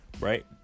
Right